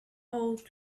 ought